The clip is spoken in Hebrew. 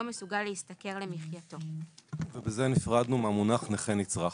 מסוגל להשתכר למחייתו"; בזה נפרדנו מהמונח נכה נצרך.